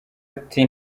ati